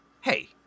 hey